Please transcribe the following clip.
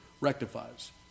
rectifies